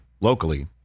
locally